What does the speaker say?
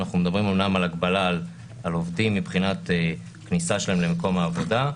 אנחנו מדברים אמנם על הגבלה של עובדים מבחינת כניסה שלהם למקום העבודה,